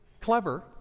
Clever